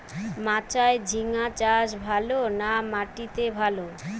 মাচায় ঝিঙ্গা চাষ ভালো না মাটিতে ভালো?